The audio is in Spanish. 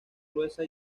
gruesa